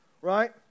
Right